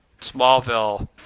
Smallville